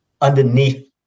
underneath